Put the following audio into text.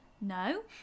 no